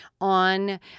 on